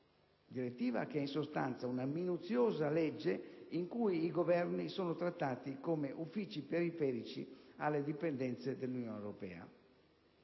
rinnovabili, che è in sostanza una minuziosa legge in cui i Governi sono trattati come uffici periferici alle dipendenze dell'Unione europea.